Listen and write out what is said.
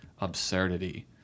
absurdity